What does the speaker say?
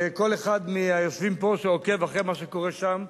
וכל אחד מהיושבים פה שעוקב אחרי מה שקורה שם,